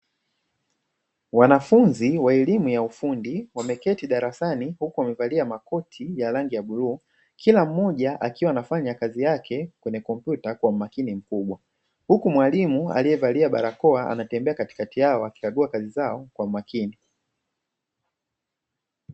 Wanafunzi wa elimu ya ufundi wameketi darasani huku wamevalia makoti ya rangi ya bluu, kila mmoja akiwa anafanya kazi yake kwenye kompyuta kwa umakini mkubwa huku mwalimu aliyevalia barakoa akitembea katikati yao akikagua kazi zao kwa umakini.